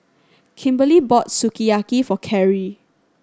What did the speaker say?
Kimberly bought Sukiyaki for Kerri